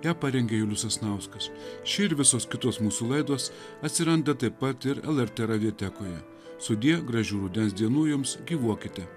ją parengė julius sasnauskas ši ir visos kitos mūsų laidos atsiranda taip pat ir lrt radiotekoje sudie gražių rudens dienų jums gyvuokite